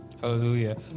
Hallelujah